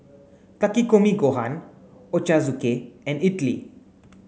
Takikomi Gohan Ochazuke and Idili